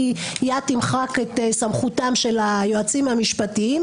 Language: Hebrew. יד תמחק את סמכותם של היועצים המשפטיים,